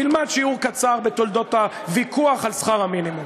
תלמד שיעור קצר בתולדות הוויכוח על שכר המינימום.